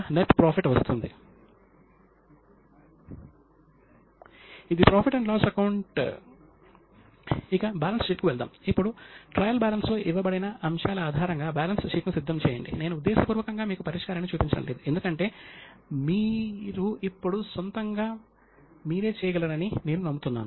భారతదేశంలో కార్పొరేట్ రూపం యొక్క ఆర్ధిక చరిత్ర పై ప్రొఫెసర్ విక్రమాదిత్య ఖన్నా ఒక వివరణాత్మక పుస్తకాన్ని ప్రచురించారు ఈ సమాచారం ఆ పుస్తకం నుంచి గ్రహించబడినది